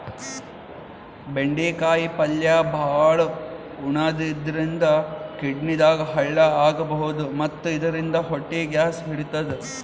ಬೆಂಡಿಕಾಯಿ ಪಲ್ಯ ಭಾಳ್ ಉಣಾದ್ರಿನ್ದ ಕಿಡ್ನಿದಾಗ್ ಹಳ್ಳ ಆಗಬಹುದ್ ಮತ್ತ್ ಇದರಿಂದ ಹೊಟ್ಟಿ ಗ್ಯಾಸ್ ಹಿಡಿತದ್